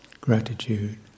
gratitude